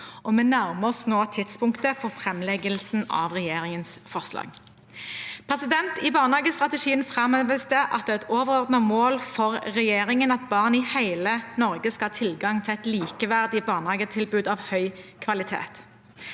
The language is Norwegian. Vi nærmer oss nå tidspunktet for framleggelsen av regjeringens forslag. I barnehagestrategien framheves det at det er et overordnet mål for regjeringen at barn i hele Norge skal ha tilgang til et likeverdig barnehagetilbud av høy kvalitet.